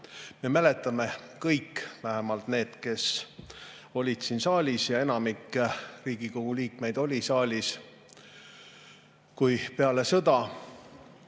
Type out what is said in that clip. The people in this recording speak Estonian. Me mäletame kõik, vähemalt need, kes olid siin saalis – ja enamik Riigikogu liikmeid oli saalis –, kui peale sõja